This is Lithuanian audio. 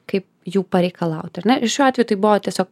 kaip jų pareikalauti ar ne ir šiuo atveju tai buvo tiesiog